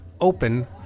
open